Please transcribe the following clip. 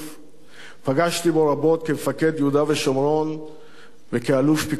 פגשתי בו רבות כמפקד יהודה ושומרון וכאלוף פיקוד הדרום,